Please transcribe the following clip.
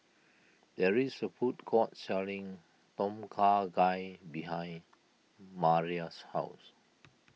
there is a food court selling Tom Kha Gai behind Maria's house